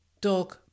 Dog